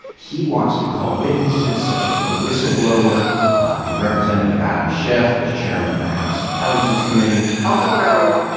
he wants to call witnesses, such as the whistleblower and representative adam schiff, the chairman of the house intelligence committee i'll do whatever i want.